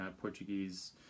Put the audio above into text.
Portuguese